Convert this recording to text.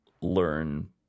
learn